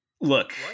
Look